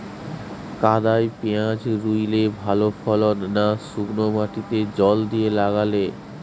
কাদায় পেঁয়াজ রুইলে ভালো ফলন না শুক্নো মাটিতে জল দিয়ে লাগালে?